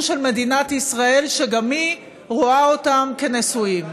של מדינת ישראל שגם היא רואה אותם כנשואים.